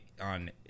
on